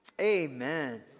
Amen